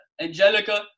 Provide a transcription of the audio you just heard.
Angelica